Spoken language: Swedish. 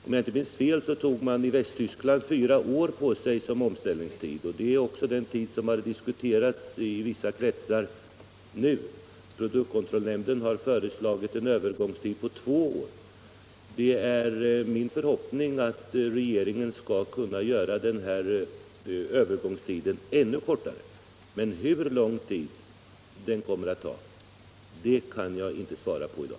Om jag inte minns fel, tog man i Västtyskland fyra år på sig för omställning. Det är också den tid som har diskuterats i vissa kretsar nu. Produktkontrollnämnden har föreslagit en övergångstid på två år. Det är min förhoppning att regeringen skall kunna göra denna övergångstid ännu kortare. Men hur lång tid omställningen kommer att ta kan jag inte svara på i dag.